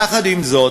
יחד עם זאת,